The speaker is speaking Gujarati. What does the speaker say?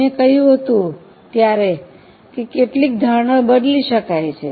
મેં કહ્યું હતું ત્યારે કે કેટલીક ધારણાઓ બદલી શકાય છે